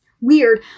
weird